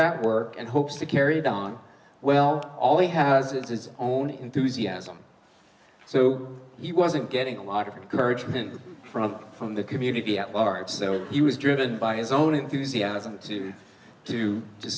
that work and hopes that carried on well all he has it's own enthusiasm so he wasn't getting a lot of courage when from the community at large so he was driven by his own enthusiasm to do to